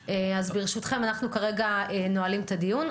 ברשותכם, אנחנו כרגע נועלים את הדיון.